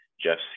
Jeff